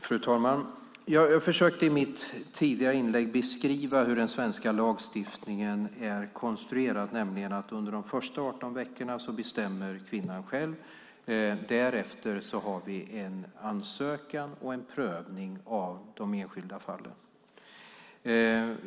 Fru talman! Jag försökte i mitt tidigare inlägg beskriva hur den svenska lagstiftningen är konstruerad, nämligen att under de första 18 veckorna bestämmer kvinnan själv, därefter sker en ansökan och en prövning av de enskilda fallen.